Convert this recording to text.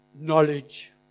knowledge